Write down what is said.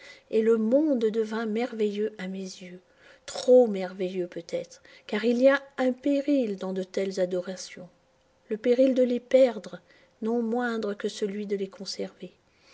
et le monde devint merveilleux à mes yeux trop merveilleux peut-être car il y a un péril dans de telles adorations le péril de les perdre non moindre que celui de les conserver